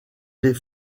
les